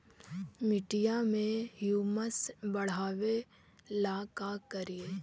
मिट्टियां में ह्यूमस बढ़ाबेला का करिए?